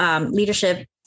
leadership